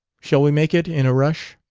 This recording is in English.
shall we make it in a rush?